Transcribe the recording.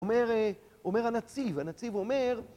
אומר הנציב, הנציב אומר